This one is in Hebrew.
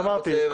אז אמרתי,